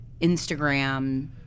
Instagram